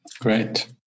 great